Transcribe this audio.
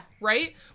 Right